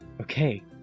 Okay